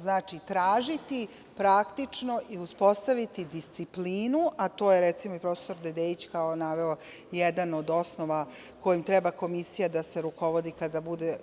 Znači, tražiti praktično i uspostaviti disciplinu a to je profesor Dedeić naveo kao jedan od osnova kojim treba komisija da se rukovodi kada bude